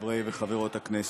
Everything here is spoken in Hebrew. חברי וחברות הכנסת,